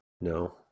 No